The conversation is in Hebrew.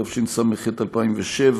התשס"ח 2007,